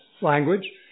language